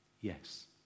yes